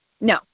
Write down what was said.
No